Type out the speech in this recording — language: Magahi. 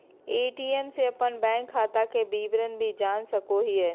ए.टी.एम से अपन बैंक खाता के विवरण भी जान सको हिये